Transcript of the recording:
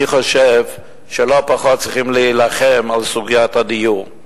אני חושב שצריכים להילחם לא פחות על סוגיית הדיור.